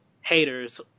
haters